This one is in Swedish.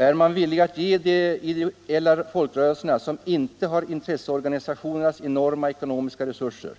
Är man villig att ge de ideella folkrörelserna, som inte har intresseorganisationernas enorma ekonomiska resurser,